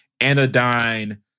anodyne